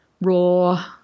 raw